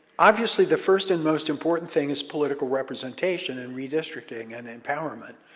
obviously the first and most important thing is political representation and redistricting and empowerment.